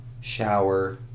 shower